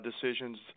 decisions